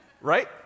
Right